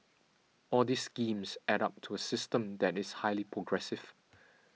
all these schemes add up to a system that is highly progressive